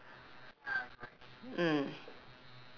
mm